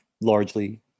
largely